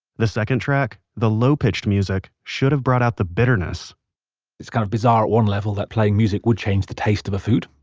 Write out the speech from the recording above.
the second track the low-pitched music should have brought out the bitterness it's kind of bizarre at one level that playing music would change the taste of a food.